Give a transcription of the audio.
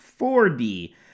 4D